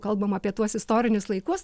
kalbam apie tuos istorinius laikus